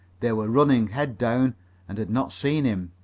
they were running, head down and had not seen him.